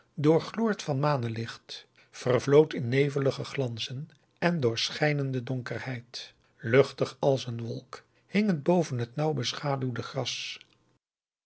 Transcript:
dessa doorgloord van manelicht vervloot in nevelige glanzen en doorschijnende donkerheid luchtig als een wolk hing het boven het nauw beschaduwde gras